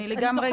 לגמרי,